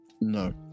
No